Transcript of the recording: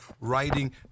writing